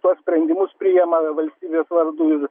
tuos sprendimus priima valstybės vardu ir